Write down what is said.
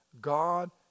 God